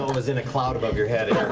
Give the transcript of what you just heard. was in a cloud above your head. it